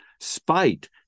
Spite